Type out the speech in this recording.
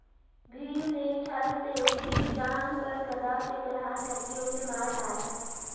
भीम ने छ्ल से उसकी जांघ पर गदा से प्रहार करके उसे मार डाला